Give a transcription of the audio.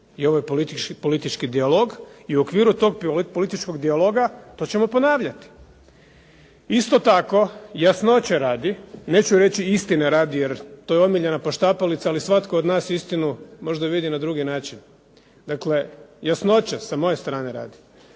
I ovo je politički dijalog i u okviru tog političkog dijaloga, to ćemo ponavljati. Isto tako jasnoće radi, neću reći istine radi, jer to je omiljena poštapalica, ali svatko od nas istinu možda vidi na drugi način. Dakle, jasnoća, s moje strane radi.